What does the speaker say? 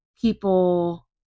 people